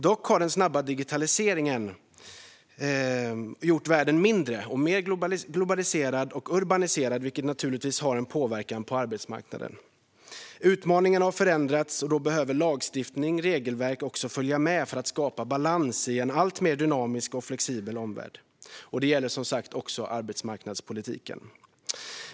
Dock har den snabba digitaliseringen gjort världen mindre och mer globaliserad och urbaniserad, vilket naturligtvis har en påverkan på arbetsmarknaden. Utmaningarna har förändrats, och lagstiftning och regelverk behöver följa med för att skapa balans i en alltmer dynamisk och flexibel omvärld. Detta gäller som sagt också arbetsmarknadspolitiken.